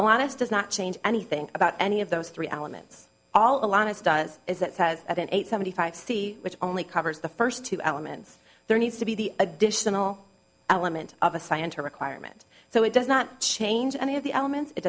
honest does not change anything about any of those three elements all along as does is it says that an eight seventy five c which only covers the first two elements there needs to be the additional element of a scienter requirement so it does not change any of the elements it